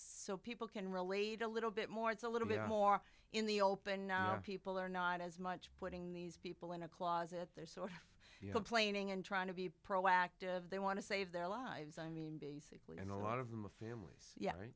so people can relate a little bit more it's a little bit more in the open now people are not as much putting these people in a closet they're sort of you complaining and trying to be proactive they want to save their lives i mean basically in a lot of them of families ye